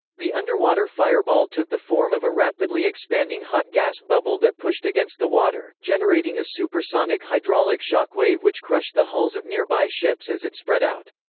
the underwater fireball took the form of a rapidly expanding hot gas bubble that pushed against the water, generating a supersonic hydraulic shock wave which crushed the hulls of nearby ships as it spread out.